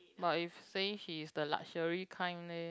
but if say she is the luxury kind leh